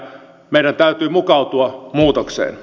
meidän täytyy mukautua muutokseen